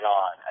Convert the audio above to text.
on